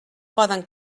poden